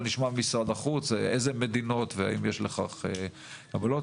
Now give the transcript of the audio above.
אבל נשמע ממשרד החוץ איזה מדינות והאם יש לכך השפעה,